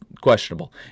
questionable